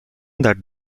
that